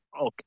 okay